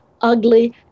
ugly